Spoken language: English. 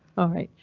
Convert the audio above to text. alright?